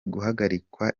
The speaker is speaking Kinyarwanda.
guhagarikwa